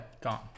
Gone